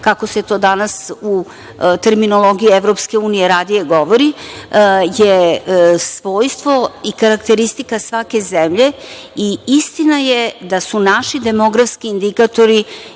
kako se to danas u terminologiji EU radije govori, je svojstvo i karakteristika svake zemlje i istina je da su naši demografski indikatori